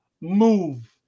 move